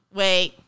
wait